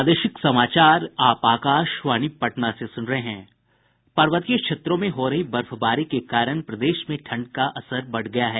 पर्वतीय क्षेत्रों में हो रही बर्फबारी के कारण प्रदेश में ठंड का असर बढ़ गया है